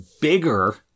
bigger